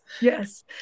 Yes